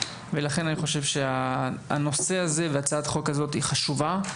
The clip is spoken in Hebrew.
לכן אני חושב שהנושא הזה והצעת החוק הזאת היא חשובה.